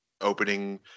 opening